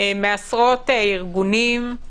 מעשרות ארגונים.